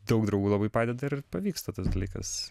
daug draugų labai padeda ir pavyksta tas dalykas